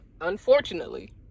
unfortunately